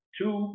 two